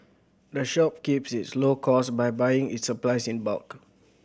the shop keeps its costs low by buying its supplies in bulk